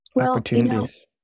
opportunities